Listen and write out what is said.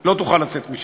לא תוכל לצאת משם,